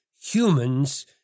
humans